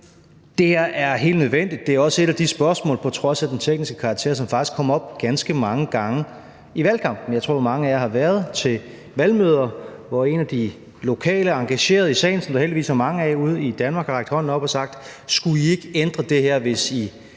Det her er helt nødvendigt. Det er også et af de spørgsmål, som på trods af den tekniske karakter faktisk kom op ganske mange gange i valgkampen. Jeg tror, at mange af jer har været til valgmøder, hvor en af de lokale engagerede i salen, som der heldigvis er mange af i Danmark, har rakt hånden op og sagt: Skulle I ikke ændre det her, hvis I